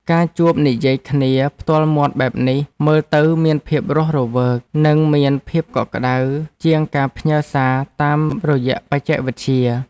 ការជួបនិយាយគ្នាផ្ទាល់មាត់បែបនេះ មើលទៅមានភាពរស់រវើក និងមានភាពកក់ក្តៅជាងការផ្ញើសារតាមរយៈបច្ចេកវិទ្យា។